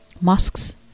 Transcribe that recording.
Mosques